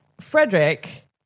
Frederick